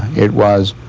it was